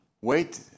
Wait